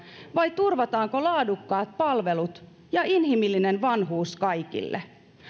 vai turvataanko laadukkaat palvelut ja inhimillinen vanhuus kaikille